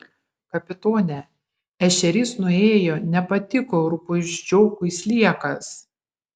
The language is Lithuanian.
kapitone ešerys nuėjo nepatiko rupūžiokui sliekas